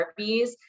therapies